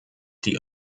die